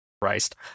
Christ